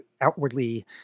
outwardly